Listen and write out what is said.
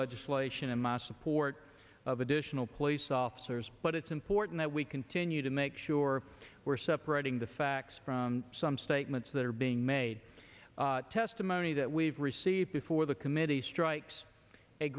legislation and my support of additional police officers but it's important that we continue to make sure we're separating the facts from some statements that are being made testimony that we've received before the committee strikes